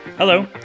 Hello